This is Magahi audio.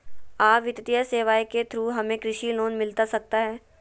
आ वित्तीय सेवाएं के थ्रू हमें कृषि लोन मिलता सकता है?